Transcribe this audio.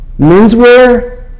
menswear